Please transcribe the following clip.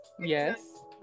Yes